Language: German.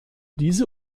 diese